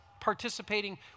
participating